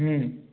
ହୁଁ